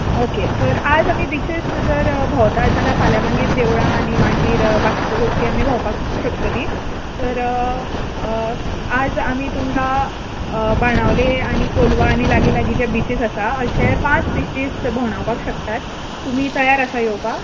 okay तर आयज आमी बिचीस जर भोंवतात जाल्यार फाल्यां मागीर देवळां आनी मागीर बाकीच्यो गोश्टी आमी भोंवपाक शकतली तर आयज आमी तुमकां बाणावले आनी कोलवा आनी लागीं लागीं जे बिचीस आसा अशे पांच बिचीस भोंवडावपाक शकतात तुमी तयार आसा येवपाक